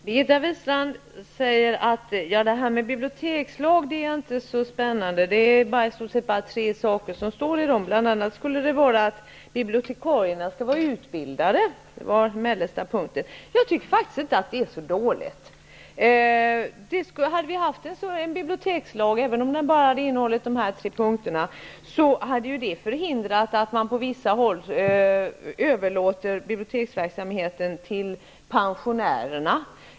Herr talman! Birgitta Wistrand säger att det här med en bibliotekslag inte är så spännande. Det är i stort sett bara tre saker som nämns i det sammanhanget -- bl.a. att bibliotekarierna skall vara utbildade, enligt den mellersta punkten. Men jag tycker faktiskt inte att det är så dåligt. Om vi hade en bibliotekslag skulle det innebära -- även om den bara innehöll nämnda tre punkter -- att det gick att förhindra att man, som sker på vissa håll, överlåter biblioteksverksamhet på pensionärer.